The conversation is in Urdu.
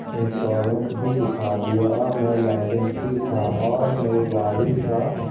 انشورنس بھی دکھا دیا اور میرا لائسنس بھی تھا اور میری گاڑی کا